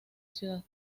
ciudad